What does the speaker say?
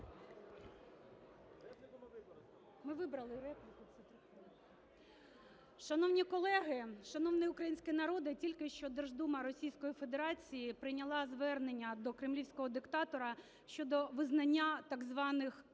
Шановні колеги, шановний український народе! Тільки що Держдума Російської Федерації прийняла звернення до кремлівського диктатора щодо визнання так званих